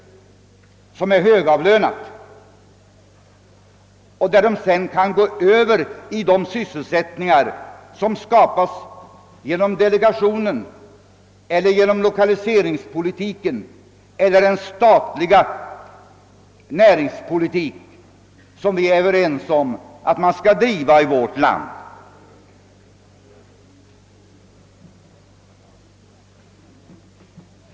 Därifrån kan de sedan gå över till de sysselsättningar som skapas genom delegationerna, genom lokaliseringspolitiken eller genom den statliga näringspolitik som vi är överens om att man skall driva i vårt land.